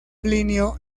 plinio